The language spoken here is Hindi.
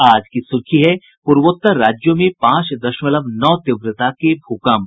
आज की सुर्खी है पूर्वोत्तर राज्यों में पांच दशमलव नौ तीव्रता के भूकंप